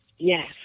Yes